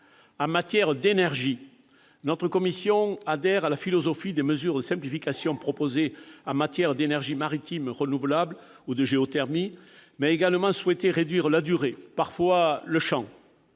maintenant, la commission adhère à la philosophie des mesures de simplification proposées en matière d'énergies marines renouvelables ou de géothermie, mais a également souhaité réduire la durée, voire le champ